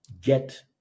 get